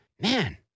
man